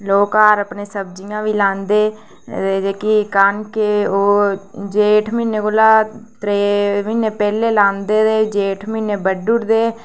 लोग घर अपने सब्जियां बी लांदे ते जेह्की कनक ते ओह् जेठ म्हीने कोला त्रै म्हीने पैह्लें लांदे ते जेठ म्हीने बड्ढी ओड़दे